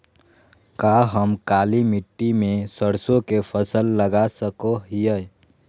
का हम काली मिट्टी में सरसों के फसल लगा सको हीयय?